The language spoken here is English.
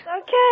okay